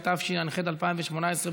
התשע"ח 2018,